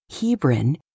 Hebron